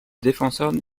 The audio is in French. défenseur